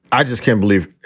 i just can't believe.